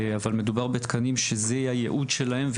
אבל מדובר בתקנים שזה הייעוד שלהם,